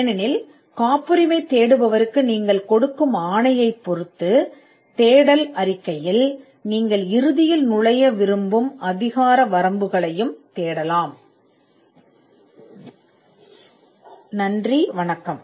ஏனெனில் காப்புரிமை தேடுபவருக்கு நீங்கள் கொடுக்கும் ஆணையைப் பொறுத்து தேடல் அறிக்கை நீங்கள் இறுதியில் நுழைய விரும்பும் அதிகார வரம்புகளையும் தேடலாம்